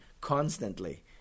constantly